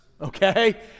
okay